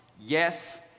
Yes